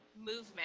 movement